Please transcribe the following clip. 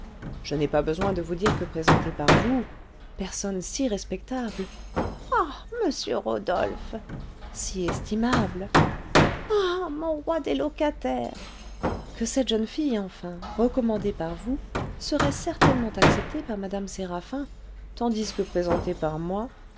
je n'ai pas besoin de vous dire que présentée par vous personne si respectable ah monsieur rodolphe si estimable ah mon roi des locataires que cette jeune fille enfin recommandée par vous serait certainement acceptée par mme séraphin tandis que présentée par moi